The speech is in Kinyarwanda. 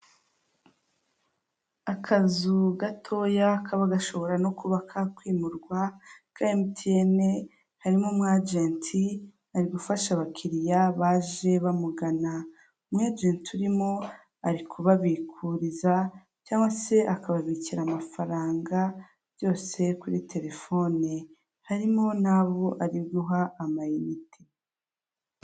Akazu gatoya kaba gashobora no kuba kakwimurwa ka MTN, harimo umwajenti. Ari gufasha abakiriya baje bamugana. Umwajenti urimo, ari kubabikuriza cyangwa se akababikira amafaranga, byose kuri telefoni, harimo n'abo ari guha amayiniti.